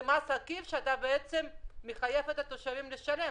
זה מס עקיף שאתה מחייב את התושבים לשלם.